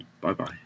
Bye-bye